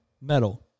metal